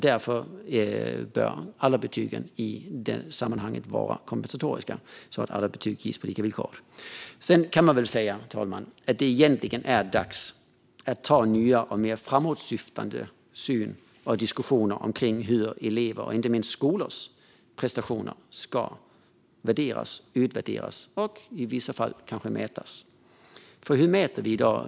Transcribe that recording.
Därför bör alla betyg i detta sammanhang vara kompensatoriska, så att alla betyg ges på lika villkor. Fru talman! Man kan säga att det egentligen är dags att ta nya och mer framåtsyftande diskussioner om hur elevers, och inte minst skolors, prestationer ska värderas, utvärderas och i vissa fall kanske mätas. Hur mäter vi i dag?